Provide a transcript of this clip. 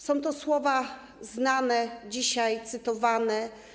Są to słowa znane, dzisiaj cytowane.